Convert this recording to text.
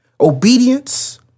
Obedience